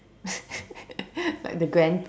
like the grand